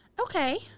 Okay